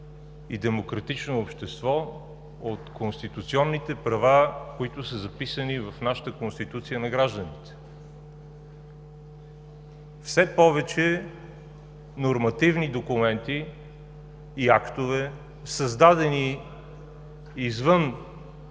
и демократично общество, от конституционните права на гражданите, които са записани в нашата Конституция. Все повече нормативни документи и актове, създадени извън